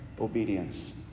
obedience